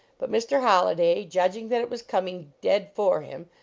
but mr. holliday, judging that it was coming dead for him,